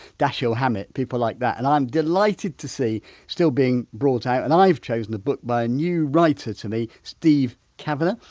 dashiell hammett, people like that and i'm delighted to see still being brought out. and i've chosen a book by a new writer to me steve cavanagh,